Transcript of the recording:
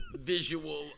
Visual